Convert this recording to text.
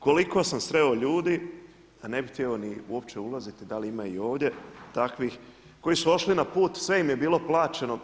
Koliko sam sreo ljudi, a ne bih htio ni uopće ulaziti da li ima i ovdje takvih koji su ošli na put, sve im je bilo plaćeno.